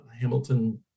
Hamilton